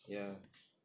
ya